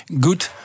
good